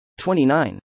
29